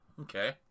Okay